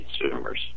consumers